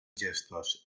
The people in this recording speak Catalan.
gestos